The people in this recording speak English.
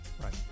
Right